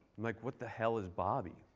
like, what the hell is bobby?